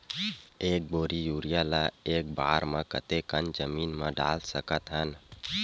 एक बोरी यूरिया ल एक बार म कते कन जमीन म डाल सकत हन?